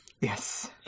Yes